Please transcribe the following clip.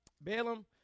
Balaam